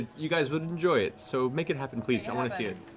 you guys would enjoy it, so make it happen, please. i want to see it.